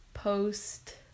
Post